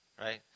right